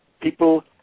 people